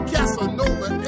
Casanova